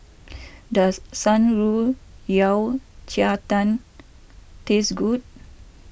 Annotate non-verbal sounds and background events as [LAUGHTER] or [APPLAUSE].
[NOISE] does Shan Rui Yao Cai Tang taste good